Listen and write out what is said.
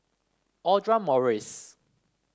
Audra Morrice